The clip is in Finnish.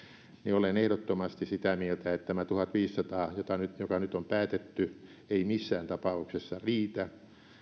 olen ehdottomasti sitä mieltä että tämä tuhatviisisataa joka nyt on päätetty ei missään tapauksessa riitä